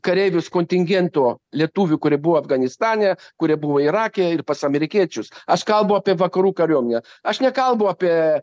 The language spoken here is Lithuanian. kareivius kontingento lietuvių kurie buvo afganistane kurie buvo irake ir pas amerikiečius aš kalbu apie vakarų kariuomenę aš nekalbu apie